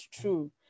true